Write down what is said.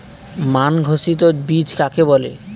মান ঘোষিত বীজ কাকে বলে?